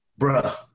Bruh